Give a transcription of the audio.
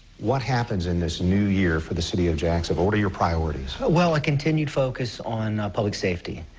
watt happens in this new year for the city of jacksonville? what are your priorities? well acontinued focus on public safety.